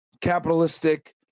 capitalistic